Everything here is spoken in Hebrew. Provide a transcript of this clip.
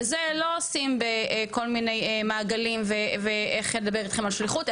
וזה לא עושים בכל מיני מעגלים ואיך לדבר איתכם על שליחות,